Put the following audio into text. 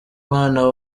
mwana